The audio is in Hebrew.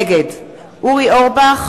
נגד אורי אורבך,